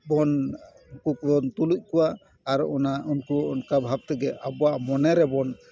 ᱵᱚᱱ ᱩᱱᱠᱩ ᱠᱚᱵᱚᱱ ᱛᱩᱞᱩᱡᱽ ᱠᱚᱣᱟ ᱟᱨ ᱚᱱᱟ ᱩᱱᱠᱩ ᱚᱱᱠᱟ ᱵᱷᱟᱵᱽ ᱛᱮᱜᱮ ᱟᱵᱚᱣᱟᱜ ᱢᱚᱱᱮ ᱨᱮᱵᱚᱱ